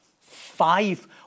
five